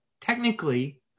technically